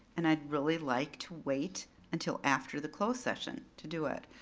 and i'd really like to wait until after the closed session to do it.